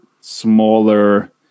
smaller